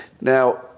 Now